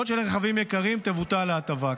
בעוד שלרכבים יקרים יותר תבוטל ההטבה.